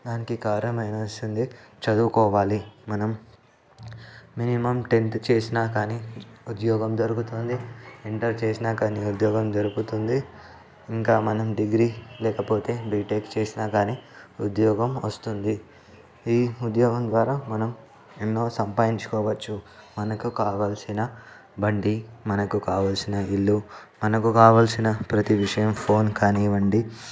దానికి కారణం అవ్వాల్సింది చదువుకోవాలి మనం మినిమం టెంత్ చేసినా కానీ ఉద్యోగం దొరుకుతుంది ఇంటర్ చేసిన కానీ ఉద్యోగం దొరుకుతుంది ఇంకా మనం డిగ్రీ లేకపోతేబీటెక్ చేసినా కానీ ఉద్యోగం వస్తుంది ఈ ఉద్యోగం ద్వారా మనం ఎన్నో సంపాదించుకోవచ్చు మనకు కావాల్సిన బండి మనకు కావలసిన ఇల్లు మనకు కావలసిన ప్రతి విషయం ఫోన్ కానివ్వండి